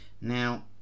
Now